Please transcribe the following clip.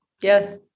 Yes